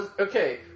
Okay